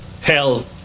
Hell